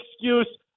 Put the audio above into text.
excuse